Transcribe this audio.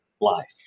life